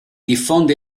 diffonde